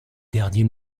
derniers